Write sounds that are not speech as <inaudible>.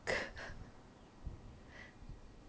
<laughs>